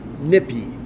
nippy